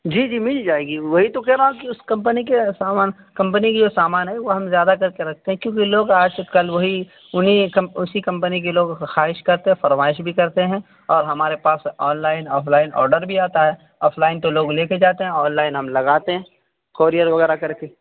جی جی مل جائے گی وہی تو کہہ رہا ہوں کہ اس کمپنی کے سامان کمپنی کے جو سامان ہیں وہ ہم زیادہ کر کے رکھتے ہیں کیوںکہ لوگ آج کل وہی انہیں اسی کمپنی کی لوگ خواہش کرتے فرمائش بھی کرتے ہیں اور ہمارے پاس online offline order بھی آتا ہے آف لائن تو لوگ لے کے جاتے ہیں اور آن لائن ہم لگاتے ہیں کوریئر وغیرہ کر کے